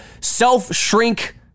self-shrink